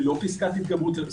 גדולה.